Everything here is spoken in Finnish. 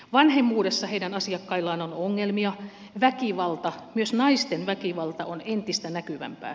vanhemmuudessa heidän asiakkaillaan on ongelmia väkivalta myös naisten väkivalta on entistä näkyvämpää